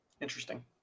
Interesting